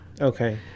Okay